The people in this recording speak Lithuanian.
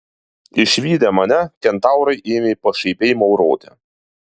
išvydę mane kentaurai ėmė pašaipiai mauroti